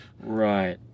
Right